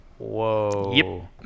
whoa